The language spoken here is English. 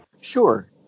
Sure